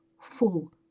full